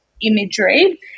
imagery